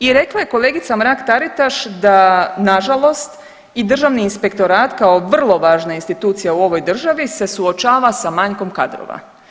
I rekla je kolegica Mrak-Taritaš da nažalost i Državni inspektorat kao vrlo važna institucija u ovoj državi se suočava sa manjkom kadrova.